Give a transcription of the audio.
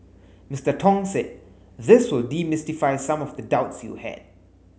Mister Tong said this will demystify some of the doubts you had